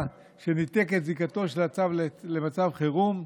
שניתק את זיקתו של הצו למצב חירום.